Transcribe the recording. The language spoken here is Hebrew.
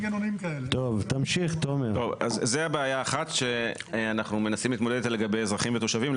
זו בעיה אחת שאנחנו מנסים להתמודד איתה לגבי אזרחים ותושבים.